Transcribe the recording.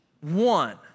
one